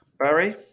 Barry